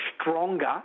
stronger